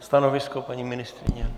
Stanovisko paní ministryně?